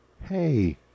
Hey